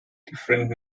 different